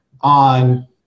on